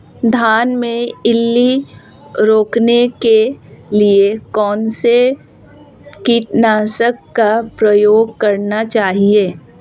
धान में इल्ली रोकने के लिए कौनसे कीटनाशक का प्रयोग करना चाहिए?